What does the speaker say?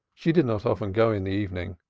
she did not often go in the evening,